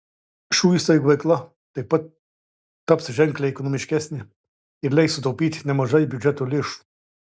šių įstaigų veikla taip pat taps ženkliai ekonomiškesne ir leis sutaupyti nemažai biudžeto lėšų